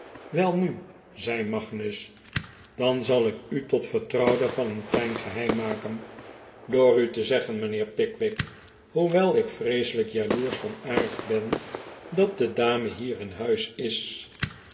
weinu zei magnus dan zal ik u tot vertrouwde van een klein geheim maken door u te zeggen mijnheer pickwick hoewel ik vreeselijk jaloersch van aard ben dat de dame hier in huis is